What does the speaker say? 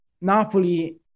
Napoli